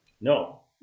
No